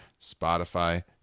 Spotify